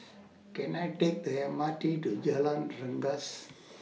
Can I Take The M R T to Jalan Rengas